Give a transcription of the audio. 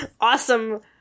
awesome